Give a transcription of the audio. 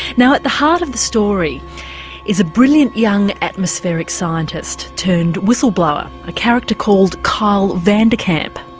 now at the heart of the story is a brilliant young atmospheric scientist turned whistleblower, a character called kyle vandecamp.